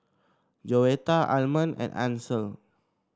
Joetta Almond and Ansel